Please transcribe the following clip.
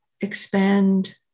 expand